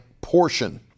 portion